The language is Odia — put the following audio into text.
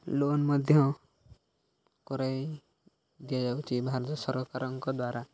ଲୋନ୍ ମଧ୍ୟ କରାଇ ଦିଆଯାଉଛି ଭାରତ ସରକାରଙ୍କ ଦ୍ୱାରା